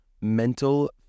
mental